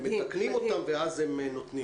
מתקנים אותם ואז נותנים.